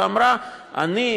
ואמרה: אני,